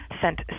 sent